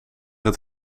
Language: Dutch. het